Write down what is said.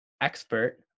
expert